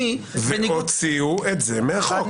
והוציאו את זה מהחוק.